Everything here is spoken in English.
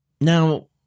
Now